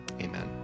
Amen